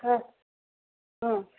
ಹಾಂ ಹ್ಞೂ